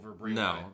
no